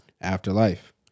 Afterlife